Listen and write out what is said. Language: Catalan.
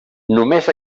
només